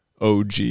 og